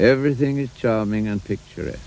everything is charming and picture it